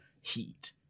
heat